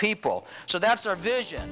people so that's our vision